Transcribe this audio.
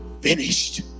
finished